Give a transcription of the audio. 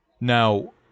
Now